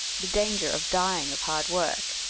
the danger of dying of hard work,